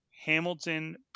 Hamilton